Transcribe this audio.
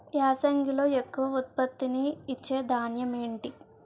యాసంగిలో ఎక్కువ ఉత్పత్తిని ఇచే ధాన్యం ఏంటి?